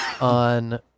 on